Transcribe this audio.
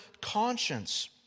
conscience